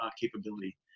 capability